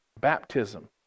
baptism